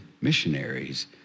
missionaries